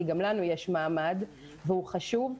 כי גם לנו יש מעמד והוא חשוב,